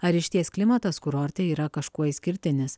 ar išties klimatas kurorte yra kažkuo išskirtinis